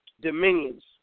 dominions